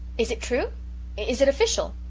is it true is it official?